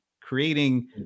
creating